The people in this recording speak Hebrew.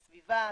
מהסביבה.